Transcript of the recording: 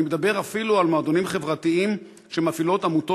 אני מדבר אפילו על מועדונים חברתיים שמפעילות עמותות